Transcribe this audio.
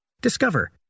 Discover